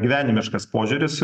gyvenimiškas požiūris